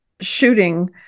shooting